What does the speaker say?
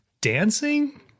dancing